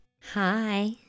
Hi